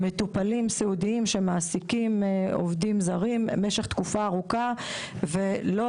מטופלים סיעודיים שמעסיקים עובדים זרים במשך תקופה ארוכה ולא